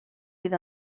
fydd